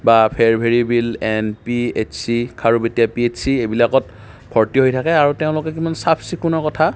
বা ভেৰভেৰি ভিল N P H C Kharupetia P H C এইবিলাকত ভৰ্তি হৈ থাকে আৰু তেওঁলোকে কোনো চাফ চিকুণৰ কথা ধৰক